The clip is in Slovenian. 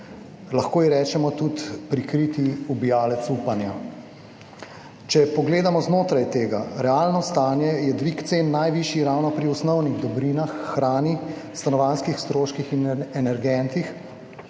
Lahko ji rečemo tudi prikriti ubijalec upanja. Če pogledamo znotraj tega. Realno stanje je dvig cen, najvišji ravno pri osnovnih dobrinah, hrani, stanovanjskih stroških in energentih.